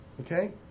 Okay